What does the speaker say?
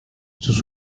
sus